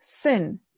Sin